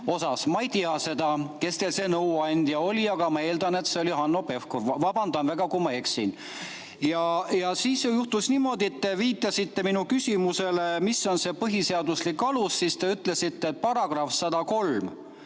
Ma ei tea, kes teil see nõuandja oli, aga ma eeldan, et see oli Hanno Pevkur. Vabandan väga, kui ma eksin. Siis juhtus niimoodi, et te viitasite minu küsimusele põhiseadusliku aluse kohta ja ütlesite, et § 103